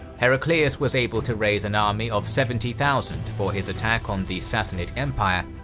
heraclius was able to raise an army of seventy thousand for his attack on the sassanid empire,